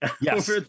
Yes